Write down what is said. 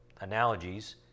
analogies